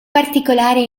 particolare